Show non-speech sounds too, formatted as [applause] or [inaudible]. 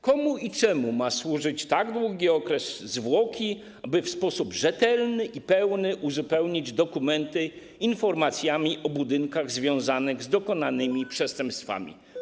Komu i czemu ma służyć tak długi okres zwłoki, by w sposób rzetelny i pełny uzupełnić dokumenty informacjami o budynkach związanych z dokonanymi [noise] przestępstwami?